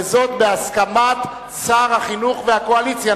וזאת בהסכמת שר החינוך והקואליציה.